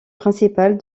principale